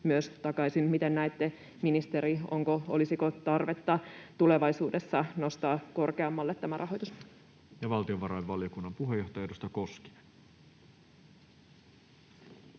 myös takaisin. Miten näette, ministeri, olisiko tarvetta tulevaisuudessa nostaa korkeammalle tämä rahoitus? Ja valtiovarainvaliokunnan puheenjohtaja, edustaja Koskinen.